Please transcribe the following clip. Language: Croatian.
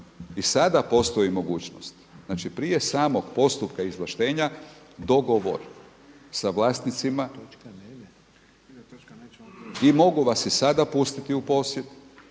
i sada postoji mogućnost prije samog postupka izvlaštenja dogovor sa vlasnicima i mogu vas i sada pustiti u posjed,